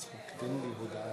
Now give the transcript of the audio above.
ההצעה להעביר